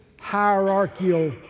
hierarchical